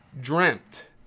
Dreamt